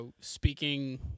speaking